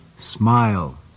Smile